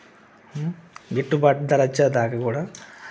గిట్టుబాటు ధర వచ్చే దాకా కూడా